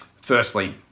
Firstly